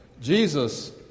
Jesus